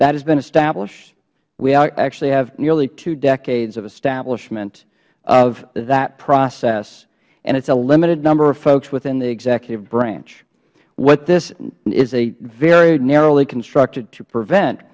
that has been established we actually have nearly two decades of establishment of that process and it is a limited number of folks within the executive branch what this is very narrowly constructed to prevent